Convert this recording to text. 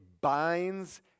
binds